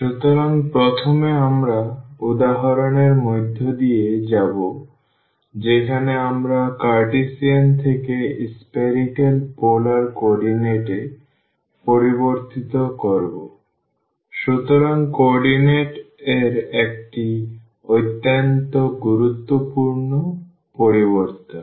সুতরাং প্রথমে আমরা উদাহরণের মধ্য দিয়ে যাব যেখানে আমরা কার্টেসিয়ান থেকে spherical পোলার কোঅর্ডিনেট এ পরিবর্তিত করবো সুতরাং কোঅর্ডিনেট এর একটি অত্যন্ত গুরুত্বপূর্ণ পরিবর্তন